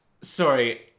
sorry